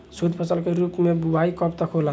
शुद्धफसल के रूप में बुआई कब तक होला?